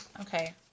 Okay